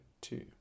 two